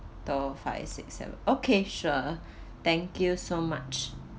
the five six seven okay sure thank you so much